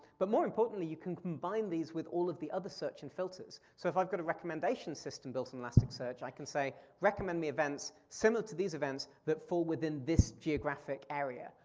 but more importantly, you can combine these with all of the other search and filters. so if i've got a recommendations system built in elasticsearch, i can say recommend the events similar to these events that fall within this geographic area,